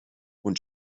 und